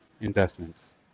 investments